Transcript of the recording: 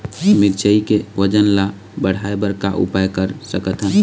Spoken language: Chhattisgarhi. मिरचई के वजन ला बढ़ाएं बर का उपाय कर सकथन?